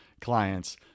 clients